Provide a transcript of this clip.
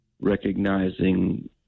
recognizing